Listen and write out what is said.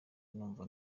numva